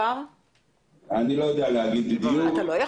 אני לא יודע לומר בדיוק.